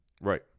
Right